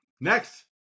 Next